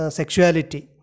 sexuality